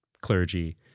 clergy